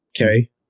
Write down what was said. Okay